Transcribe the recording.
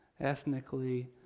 ethnically